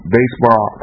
Baseball